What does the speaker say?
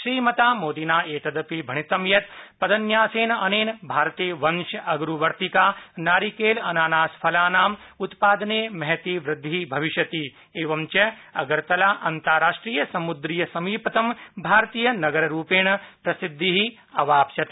श्रीमता मोदिना एतदपि भणितं यत् पदन्यासेन अनेन भारते वंश अगरूवर्तिका नारिकेल अनानासफलानाम उत्पादने महती वृद्धिः भविष्यति एवञ्च अगरतला अन्ताराष्ट्रिय समुद्रीय समीपतम भारतीय नगररूपेण प्रसिद्धिः अवाप्स्यते